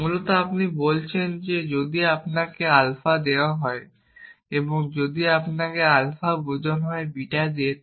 মূলত আপনি বলছেন যে যদি আপনাকে আলফা দেওয়া হয় এবং যদি আপনাকে আলফা বোঝানো হয় বিটা দিয়ে